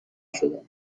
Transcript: شدم